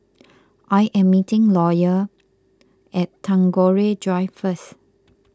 I am meeting Lawyer at Tagore Drive first